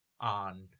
on